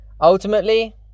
Ultimately